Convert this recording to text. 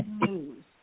news